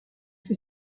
fait